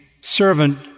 servant